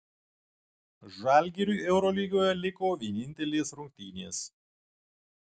žalgiriui eurolygoje liko vienintelės rungtynės